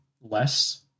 less